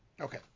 Okay